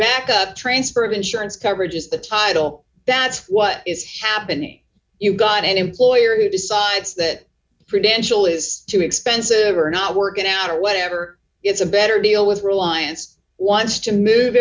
the transfer of insurance coverage is the title that's what is happening you've got an employer who decides that credential is too expensive or not working out or whatever it's a better deal with reliance wants to move